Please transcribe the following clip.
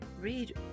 Read